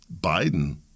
Biden